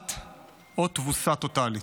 מוחלט או תבוסה טוטלית,